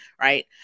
right